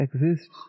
exist